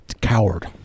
Coward